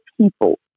people